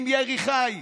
עם ירי חי,